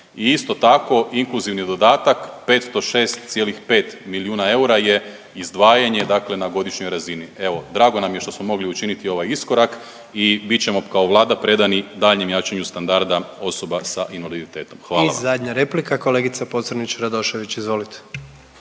isto tako inkluzivni dodatak 506,5 milijuna eura je izdvajanje dakle na godišnjoj razini. Evo, drago nam je što smo mogli učiniti ovaj iskorak i bit ćemo kao Vlada predani daljnjem jačanju standarda osoba sa invaliditetom. Hvala vam. **Jandroković, Gordan (HDZ)** I zadnja replika kolegica Pocrnić Radošević, izvolite.